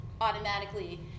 automatically